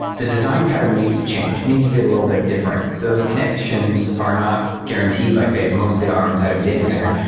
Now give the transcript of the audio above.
the design pattern needs to change. it needs to be a little bit different. those connections are not guaranteed like they mostly are inside of a data center.